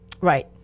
Right